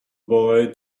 boy